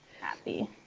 happy